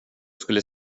skulle